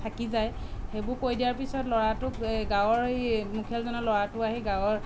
থাকি যায় সেইবোৰ কৰি দিয়াৰ পিছত ল'ৰাটোক এই গাঁৱৰ এই মুখিয়ালজনৰ ল'ৰাটো আহি গাঁৱৰ